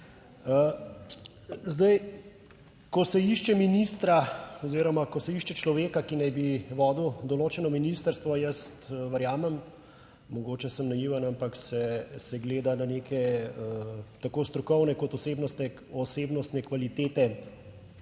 ko se išče človeka, ki naj bi vodil določeno ministrstvo, jaz verjamem, mogoče sem naiven, ampak se gleda na neke tako strokovne kot osebnostne kvalitete